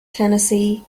tennessee